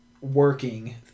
working